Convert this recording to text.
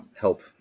help